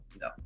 no